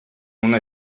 una